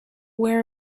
where